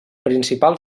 principal